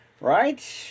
right